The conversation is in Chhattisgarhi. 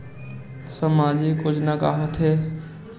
सामाजिक योजना का होथे?